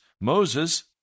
Moses